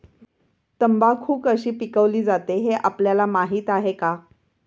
तंबाखू कशी पिकवली जाते हे आपल्याला माहीत आहे का?